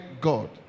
God